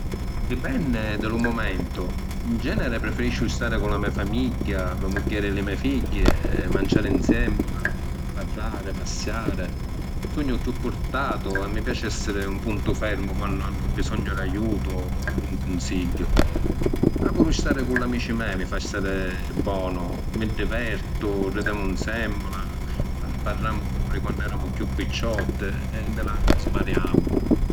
Dipenni di lu mumentu. ‘N generi preferisciu stari cu la me’ famigghia, me’ mugghieri e li me’ figghi, manciàri ‘nsemmula, parrari, passiari. Sugnu chiù purtatu e mi piaci essiri un puntu fermu quannu hannu bisognu d’ajutu o d’un cunsigghiu. Ma puru stari cu l’amici me’ mi fa sta stari bonu, mi divertu, ridemu ‘nsemmula, parramu di quannu eramu chiù picciotti e nni la sbariàmu.